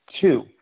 Two